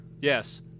Yes